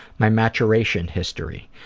my maturation history,